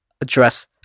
address